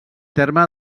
terme